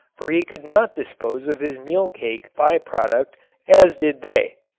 for he could not dispose of his meal-cake by-product as did they.